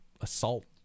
assault